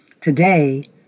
Today